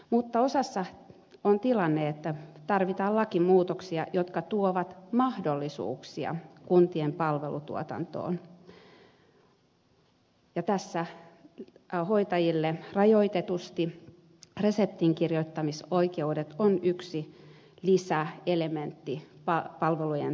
mutta osassa on tilanne että tarvitaan lakimuutoksia jotka tuovat mahdollisuuksia kuntien palvelutuotantoon ja tässä hoitajille rajoitetusti reseptinkirjoitusoikeudet on yksi lisäelementti palveluiden tuotantoon